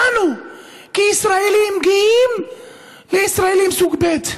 אותנו מישראלים גאים לישראלים סוג ב'.